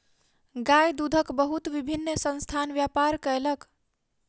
गाय दूधक बहुत विभिन्न संस्थान व्यापार कयलक